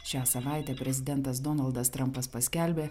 šią savaitę prezidentas donaldas trampas paskelbė